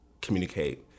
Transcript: communicate